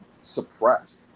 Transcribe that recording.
suppressed